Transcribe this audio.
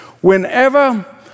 Whenever